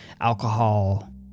alcohol